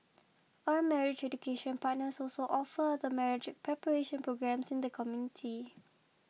our marriage education partners also offer other marriage preparation programmes in the community